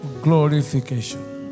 glorification